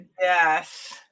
yes